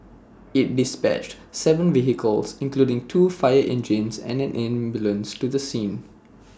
IT dispatched Seven vehicles including two fire engines and an ambulance to the scene